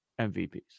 MVPs